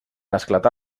esclatà